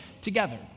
together